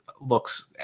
looks